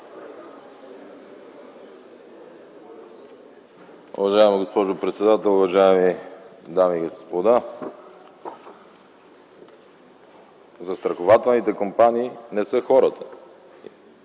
Уважаема госпожо председател, уважаеми дами и господа! Застрахователните компании не са хората,